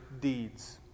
deeds